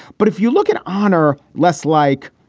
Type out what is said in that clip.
but if you look at honor less like,